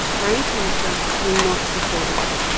brain cancer will not defeat us.